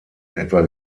etwa